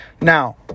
Now